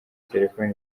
telefone